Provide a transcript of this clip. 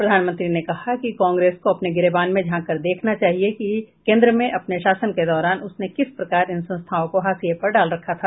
प्रधानमंत्री ने कहा कि कांग्रेस को अपने गिरेबान में झांककर देखना चाहिए कि केन्द्र में अपने शासन के दौरान उसने किस प्रकार इन संस्थाओं को हाशिये पर डाल रखा था